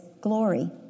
glory